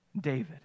David